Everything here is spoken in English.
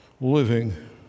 living